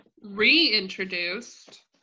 Reintroduced